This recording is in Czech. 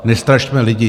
Nestrašme lidi.